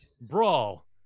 Brawl